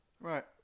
Right